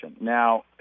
Now